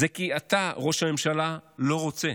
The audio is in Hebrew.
זה כי אתה, ראש הממשלה, לא רוצה.